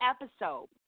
episode